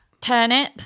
Turnip